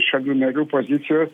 šalių narių pozicijos